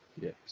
Yes